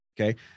Okay